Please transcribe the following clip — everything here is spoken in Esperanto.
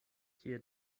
kie